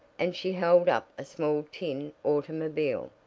and she held up a small tin automobile,